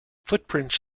footprints